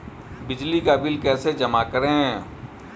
बिजली का बिल कैसे जमा करें?